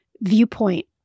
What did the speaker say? viewpoint